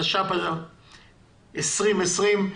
התש"ף-2020,